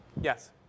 Yes